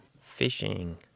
fishing